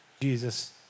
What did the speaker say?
Jesus